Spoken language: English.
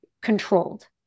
controlled